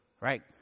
Right